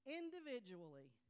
individually